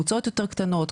קבוצות יותר קטנות,